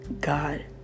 God